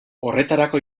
horretarako